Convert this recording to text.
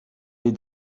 les